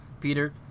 Peter